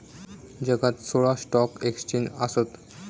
जगात सोळा stock exchange आसत